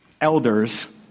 elders